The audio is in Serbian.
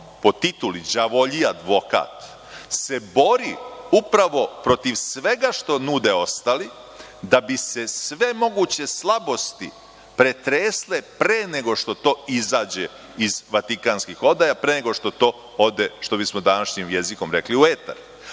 po tituli, đavolji advokat se bori upravo protiv svega što nude ostali da bi se sve moguće slabosti pretresle pre nego što to izađe iz Vatikanskih odaja, pre nego što to ode, što bismo današnjim jezikom rekli, u etar. To